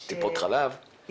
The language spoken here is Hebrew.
יש טיפות חלב.